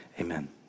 Amen